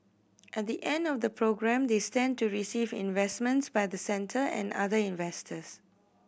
at the end of the programme they stand to receive investments by the centre and other investors